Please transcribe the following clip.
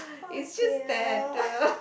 is just that uh